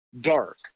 dark